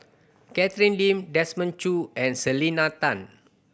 Catherine Lim Desmond Choo and Selena Tan